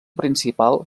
principal